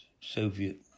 Soviet